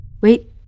Wait